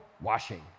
washing